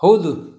ಹೌದು